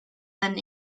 and